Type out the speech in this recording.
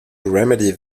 remedy